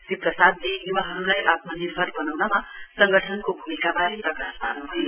श्री प्रसादले युवाहरुलाई आत्मनिर्भर बनाउनमा संगठनको भूमिकावारे प्रकाश पार्नुभयो